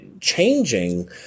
changing